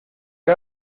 que